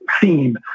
theme